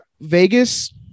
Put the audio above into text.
Vegas